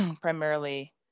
primarily